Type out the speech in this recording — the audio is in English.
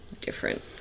different